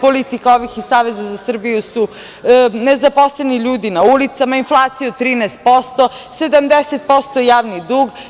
Politika ovih iz Saveza za Srbiju su nezaposleni ljudi na ulicama, inflacija od 13%, 70% javni dug.